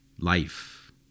life